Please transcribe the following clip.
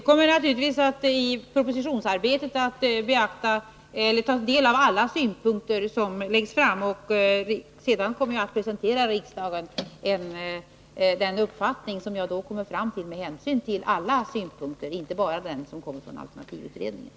Fru talman! Under propositionsarbetet kommer jag naturligtvis att ta del av alla synpunkter som läggs fram. Därefter kommer jag att presentera min uppfattning inför riksdagen med hänsyn tagen till alla synpunkter som förts fram, inte bara alternativutredningens.